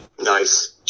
Nice